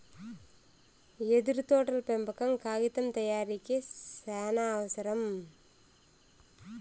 యెదురు తోటల పెంపకం కాగితం తయారీకి సానావసరం